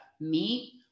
meat